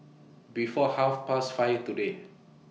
before Half Past five today